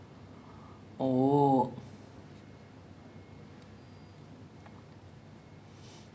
ya billa one was okay but billa two lah அவரோட:avaroda performance இருக்கே:irukkae !wah! அல்லு உட்டுருசு எனக்கு அருமயா இருந்துச்சு:allu utturuchu enakku arumayaa irunthuchu